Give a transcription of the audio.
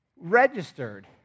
registered